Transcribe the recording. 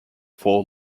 fall